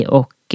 och